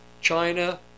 China